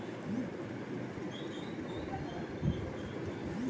biological, প্রাকৃতিক এবং mechanical pest management দিয়ে পেস্ট অ্যাটাক কন্ট্রোল করা হয়